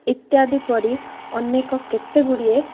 ଇତ୍ୟାଦି ପରି ଅନେକ କେତେ ଗୁଡ଼ିଏ